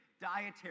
dietary